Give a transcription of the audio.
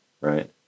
right